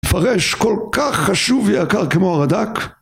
פרש כל כך חשוב ויקר כמו הרד"ק?